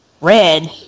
red